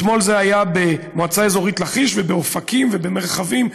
אתמול זה היה במועצה אזורית לכיש ובאופקים ובמרחבים,